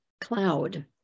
cloud